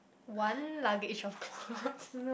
one luggage of clothes